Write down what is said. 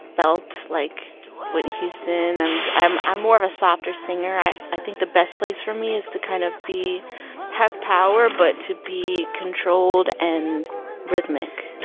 belt like whitney houston. and i'm i'm more of a softer singer. i i think the best place for me is to kind of be have power but to be controlled and rhythmic